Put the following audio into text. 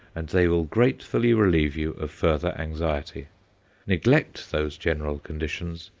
and they will gratefully relieve you of further anxiety neglect those general conditions,